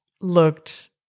looked